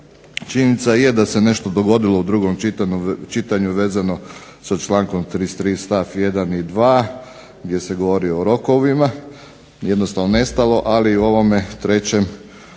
Činjenica je da se nešto dogodilo u drugom čitanju vezano sa člankom 33. stav 1. i 2. gdje se govori o rokovima jednostavno nestalo, ali o ovome u trećem čitanju